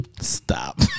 Stop